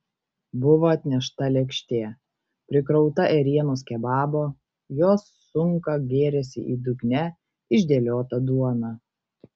buvo atnešta lėkštė prikrauta ėrienos kebabo jo sunka gėrėsi į dugne išdėliotą duoną